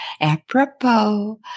apropos